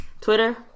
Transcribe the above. Twitter